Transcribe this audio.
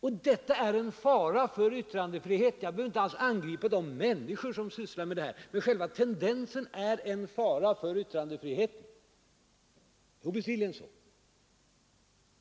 Och hela denna utveckling är en fara för yttrandefriheten. Jag behöver inte alls angripa de människor som sysslar med detta, men själva tendensen är obestridligen en fara för yttrandefriheten.